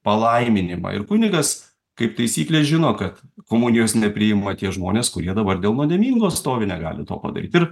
palaiminimą ir kunigas kaip taisyklė žino kad komunijos nepriima tie žmonės kurie dabar dėl nuodėmingo stovio negali to padaryt ir